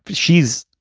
but she's